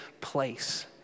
place